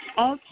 Okay